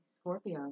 Scorpio